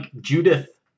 judith